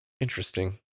Interesting